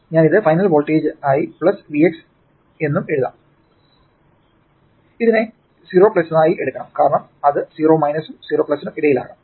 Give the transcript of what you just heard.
ഞാൻ ഇത് ഫൈനൽ വോൾട്ടേജുകൾക്കായി Vx ഇനിഷ്യൽ എന്നും എഴുതാം ഇതിനെ 0 എന്നും ആയി എടുക്കണം കാരണം അത് 0 നും 0 നും ഇടയിൽ ആകാം